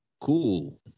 Cool